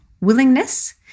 willingness